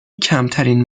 کمترین